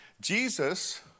Jesus